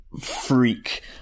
freak